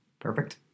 perfect